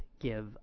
give